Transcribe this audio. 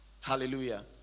Hallelujah